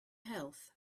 health